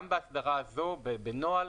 גם בהסדרה הזו בנוהל,